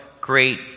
great